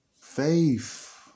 faith